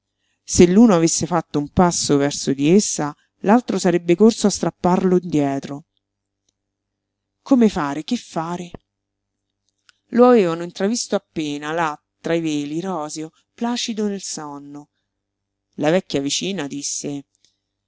se l'uno avesse fatto un passo verso di essa l'altro sarebbe corso a strapparlo indietro come fare che fare lo avevano intravisto appena là tra i veli roseo placido nel sonno la vecchia vicina disse